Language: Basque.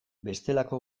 bestelako